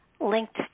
Linked